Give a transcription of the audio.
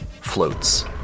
floats